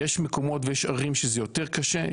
ויש מקומות ויש ערים שזה יותר קשה.